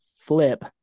flip